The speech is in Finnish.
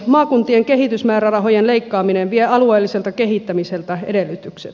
maakuntien kehitysmäärärahojen leikkaaminen vie alueelliselta kehittämiseltä edellytykset